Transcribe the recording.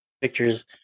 pictures